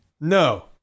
No